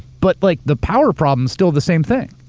but like the power problem's still the same thing.